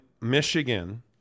Michigan